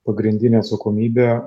pagrindinė atsakomybė